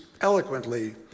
eloquently